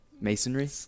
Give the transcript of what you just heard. Masonry